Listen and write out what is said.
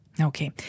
Okay